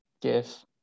give